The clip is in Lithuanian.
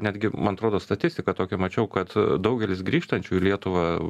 netgi man atrodo statistiką tokią mačiau kad daugelis grįžtančių į lietuvą